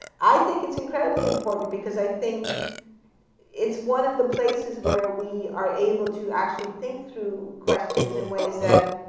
i think it's incredibly important, because i think it's one of the places where we are able to actually think through questions in ways that